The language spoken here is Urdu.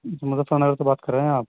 مظفر نگر سے بات کر رہے ہیں آپ